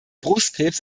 brustkrebs